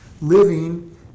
living